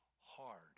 hard